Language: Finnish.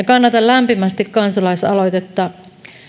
kannatan lämpimästi kansalaisaloitetta